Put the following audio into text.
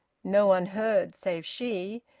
no one heard save she.